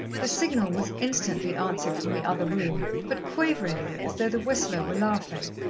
the signal was instantly answered from the other room, but quaveringly, as though the whistler were laughing.